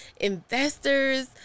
Investors